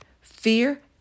fear